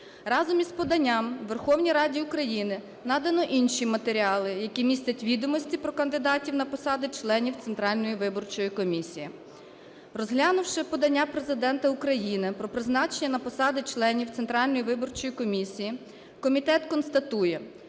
Разом із поданням Верховній Раді України надано інші матеріали, які містять відомості про кандидатів на посади членів Центральної виборчої комісії. Розглянувши подання Президента України про призначення на посади членів Центральної виборчої комісії, комітет констатує,